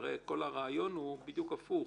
הרי כל הרעיון הוא בדיוק הפוך